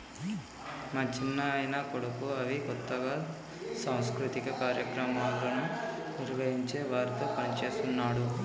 మా చిన్నాయన కొడుకు అవి కొత్తగా సాంస్కృతిక కార్యక్రమాలను నిర్వహించే వారితో పనిచేస్తున్నాడు